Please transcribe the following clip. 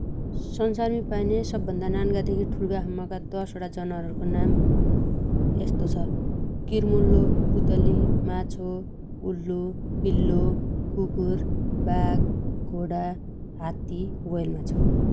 स‌सारमी पाइन्या सब्भन्दा नान्गादेखि ठुल्गासम्मगा दशवटा जनावरहरूको नाम यस्तो छ: किर्मुल्लो, पुतली, माछो, उल्लु, बिल्लो, कुकुर, बाघ, घोडा, हात्ती, ह्वेल माछो ।